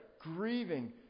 grieving